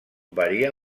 varia